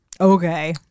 okay